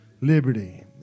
liberty